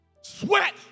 Sweat